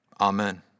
Amen